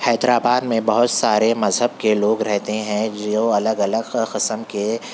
حیدرآباد میں بہت سارے مذہب کے لوگ رہتے ہیں جو الگ الگ قسم کے